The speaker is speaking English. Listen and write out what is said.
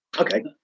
okay